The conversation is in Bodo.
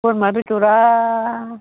बोरमा बेदरा